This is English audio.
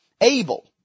Abel